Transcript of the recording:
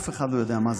אף אחד לא יודע מה זה.